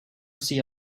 see